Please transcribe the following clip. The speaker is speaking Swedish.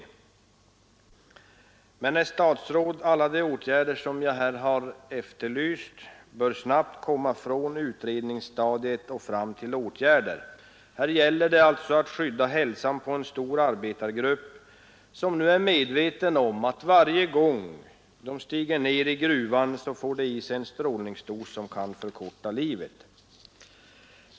Alla de åtgärder jag här efterlyst bör emellertid, herr statsråd, snabbt komma från utredningsstadiet och fram till åtgärder. Här gäller det alltså att skydda hälsan på en stor grupp arbetare som nu är medvetna om att varje gång de stiger ned i gruvan får de i sig en strålningsdos som kan förkorta livet.